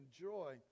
joy